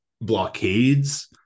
blockades